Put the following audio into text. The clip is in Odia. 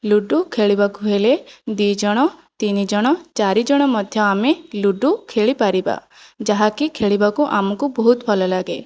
ଲୁଡୁ ଖେଳିବାକୁ ହେଲେ ଦୁଇଜଣ ତିନଜଣ ଚାରିଜଣ ମଧ୍ୟ ଆମେ ଲୁଡୁ ଖେଳିପାରିବା ଯାହାକି ଆମକୁ ଖେଳିବାକୁ ଆମକୁ ବହୁତ ଭଲ ଲାଗେ